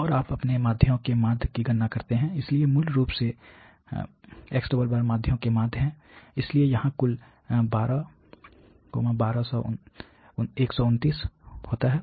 और आप अपने माध्ययों के माध्य की गणना करते हैं इसलिए मूल रूप सेx̿ माध्ययों के माध्य है इसलिए यहां कुल 12 129 होता है